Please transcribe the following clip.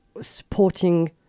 supporting